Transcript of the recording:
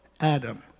Adam